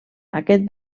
aquest